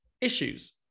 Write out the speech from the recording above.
issues